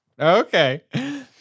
Okay